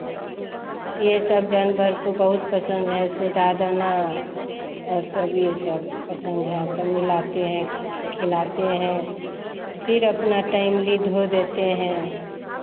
ये सब जानवर को बहुत पसंद है साबुदना और सब ये सब पसंद है तब मिलाते हैं खिलाते हैं फिर अपना टाइमली धो देते हैं